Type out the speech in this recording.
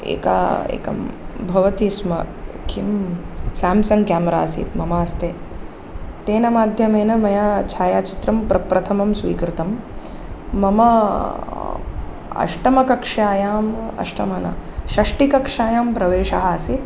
एका एकं भवति स्म किं सेम्सङ्ग् केमरा आसीत् मम हस्ते तेन माध्यमेन मया छायाचित्रं प्रप्रथमं स्वीकृतं मम अष्टमकक्षायाम् अष्टम न षष्ठकक्षायां प्रवेशः आसीत्